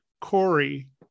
Corey